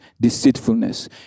deceitfulness